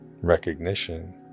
recognition